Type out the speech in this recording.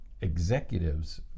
executives